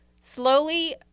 slowly